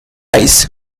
ice